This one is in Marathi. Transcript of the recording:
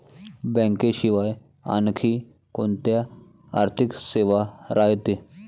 बँकेशिवाय आनखी कोंत्या आर्थिक सेवा रायते?